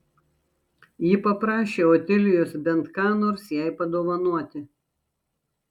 ji paprašė otilijos bent ką nors jai padovanoti